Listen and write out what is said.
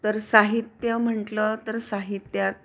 तर साहित्य म्हटलं तर साहित्यात